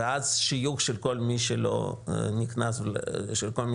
ואז שיוך של כל מי שלא נכנס לפרמטרים.